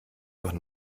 doch